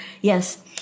Yes